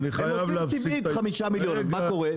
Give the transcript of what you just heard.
הם עושים טבעית 5 מילון אז מה קורה?